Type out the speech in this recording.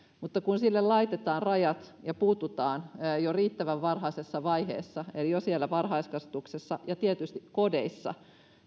sille kannattaa laittaa rajat ja puuttua jo riittävän varhaisessa vaiheessa eli jo siellä varhaiskasvatuksessa ja tietysti kodeissa